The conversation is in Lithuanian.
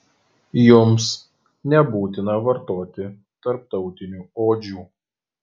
jums nebūtina vartoti tarptautinių odžių